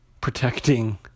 protecting